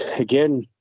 again